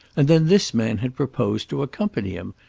and then this man had proposed to accompany him,